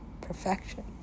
perfection